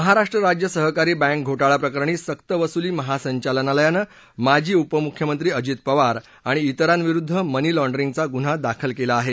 महाराष्ट्र राज्य सहकारी बँक घोटाळाप्रकरणी सक्तवसुली महासंचालनालयानं माजी उपमुख्यमंत्री अजित पवार आणि इतरांविरुद्ध मनी लाँड्रींगचा गुन्हा दाखल केला आहे